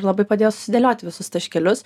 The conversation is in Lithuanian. labai padėjo susidėliot visus taškelius